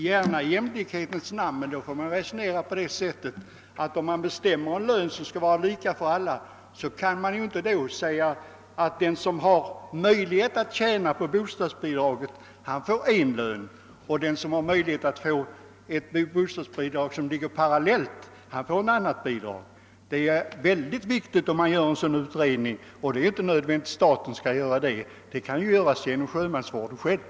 Herr talman! Jag kan ha förståelse för detta yrkande i jämlikhetens namn, men då får man också resonera på det sättet att en lika hög lön för alla ger dem som har möjlighet att tjäna på bostadsbidraget en viss inkomst, medan den som har en annan bostadshyra får en annan inkomst. Det är mycket angeläget att uppmärksamma detta i en eventuell utredning. Det är inte nödvändigt att staten skall göra denna, utan den kan genomföras genom sjömansvårdsstyrelsen.